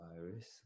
virus